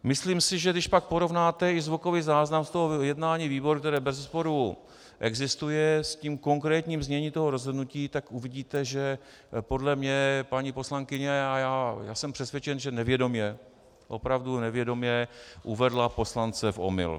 Myslím si, že když pak porovnáte i zvukový záznam z jednání výboru, který bezesporu existuje, s konkrétním zněním toho rozhodnutí, tak uvidíte, že podle mě paní poslankyně, a já jsem přesvědčen, že nevědomě, opravdu nevědomě, uvedla poslance v omyl.